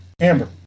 Amber